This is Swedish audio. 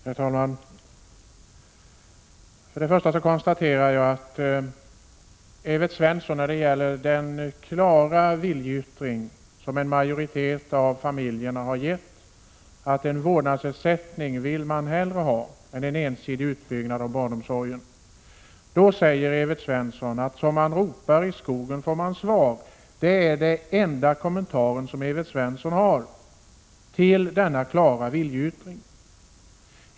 Herr talman! Jag konstaterar att Evert Svensson möter den klara viljeyttring som en majoritet av familjerna har avgett, att det är en vårdnadsersättning man hellre vill ha än en ensidig utbyggnad av barnomsorgen, med att säga: Som man ropar i skogen får man svar. Det är den enda kommentar Evert Svensson har till denna klara viljeyttring.